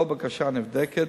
כל בקשה נבדקת,